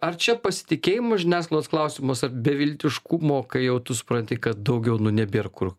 ar čia pasitikėjimo žiniasklaidos klausimas ar beviltiškumo kai jau tu supranti kad daugiau nu nebėr kur